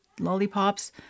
lollipops